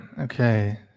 Okay